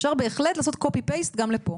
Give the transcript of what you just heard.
אפשר בהחלט לעשות העתק הדבק גם לפה.